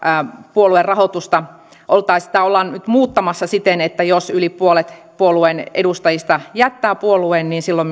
puoluerahoitusta ollaan nyt muuttamassa siten että jos yli puolet puolueen edustajista jättää puolueen niin silloin